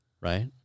right